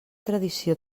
tradició